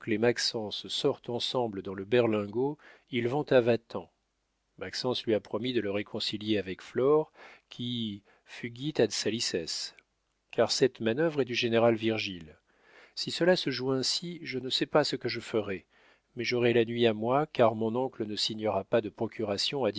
sortent ensemble dans le berlingot ils vont à vatan maxence lui a promis de le réconcilier avec flore qui fugit ad salices car cette manœuvre est du général virgile si cela se joue ainsi je ne sais ce que je ferai mais j'aurai la nuit à moi car mon oncle ne signera pas de procuration